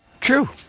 True